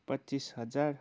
पच्चिस हजार